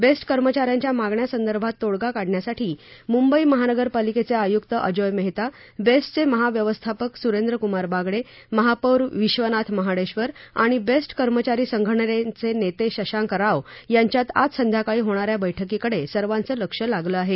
best कर्मचा यांच्या मागण्यासंदर्भात तोडगा काढण्यासाठी मुंबईमहानगर पालिकेचे आयुक्त अजोय मेहता बेस्टचे महाव्यवस्थापक सुरेद्र कुमार बागडे महापौर विश्वनाथ महाडेश्वर आणि बेस्ट कर्मचारी संघटनेचे नेते शशांक राव यांच्यात आज संध्याकाळी होणा या बैठकीकडे सर्वांचं लक्ष लागलं आहे